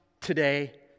today